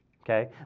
okay